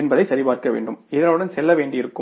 என்பதை சரிபார்க்க வேண்டும் இதனுடன் செல்ல வேண்டியிருக்கும்